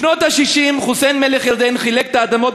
בשנות ה-60 חוסיין מלך ירדן חילק את האדמות